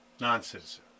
non-citizen